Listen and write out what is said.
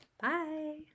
Bye